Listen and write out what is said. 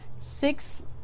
six